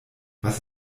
was